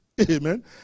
Amen